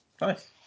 Nice